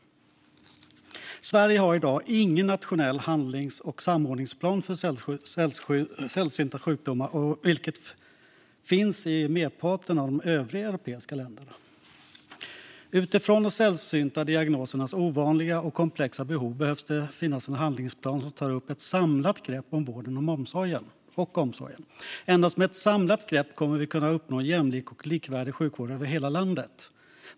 Sverige har i dag ingen nationell handlings och samordningsplan för sällsynta sjukdomar, vilket finns i merparten av de övriga europeiska länderna. Med tanke på de ovanliga och komplexa behov som är förknippade med sällsynta diagnoser behöver det finnas en handlingsplan som tar ett samlat grepp om vården och omsorgen. Endast med ett samlat grepp kommer vi att kunna uppnå jämlik och likvärdig sjukvård över hela landet.